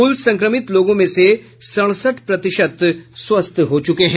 कुल संक्रमित लोगों में से सड़सठ प्रतिशत स्वस्थ हो चुके हैं